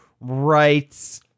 right